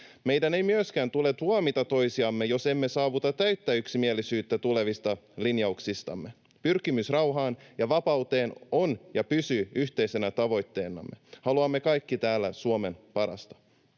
Meidän ei myöskään tule tuomita toisiamme, jos emme saavuta täyttä yksimielisyyttä tulevista linjauksistamme. Pyrkimys rauhaan ja vapauteen on ja pysyy yhteisenä tavoitteenamme. Haluamme kaikki täällä Suomen parasta.